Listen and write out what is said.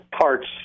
parts